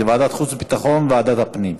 לוועדת החוץ והביטחון ולוועדת הפנים.